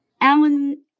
Alan